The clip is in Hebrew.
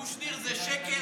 קושניר, זה שקר.